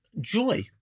joy